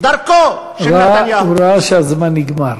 דרכו של נתניהו, הוא ראה שהזמן נגמר.